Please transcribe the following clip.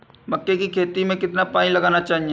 मक्के की खेती में कितना पानी लगाना चाहिए?